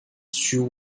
she